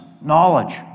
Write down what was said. knowledge